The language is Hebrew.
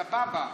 סבבה.